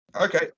okay